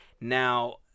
Now